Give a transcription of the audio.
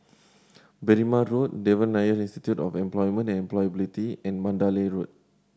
Berrima Road Devan Nair Institute of Employment and Employability and Mandalay Road